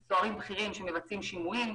יש סוהרים בכירים שמבצעים שימועים.